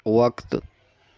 وقت